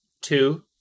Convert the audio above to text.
Two